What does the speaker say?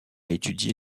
étudié